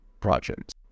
projects